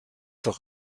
doch